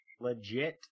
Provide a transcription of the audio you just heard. Legit